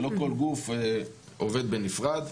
ולא כל גוף עובד בנפרד.